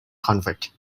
convert